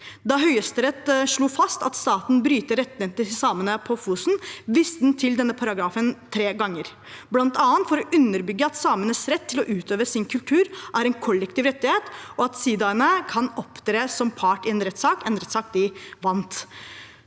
Da Høyesterett slo fast at staten bryter rettighetene til samene på Fosen, viste de til denne paragrafen tre ganger, bl.a. for å underbygge at samenes rett til å utøve sin kultur er en kollektiv rettighet, og at sidaene kan opptre som part i en rettssak – en